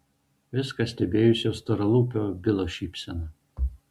viską stebėjusio storalūpio bilo šypsena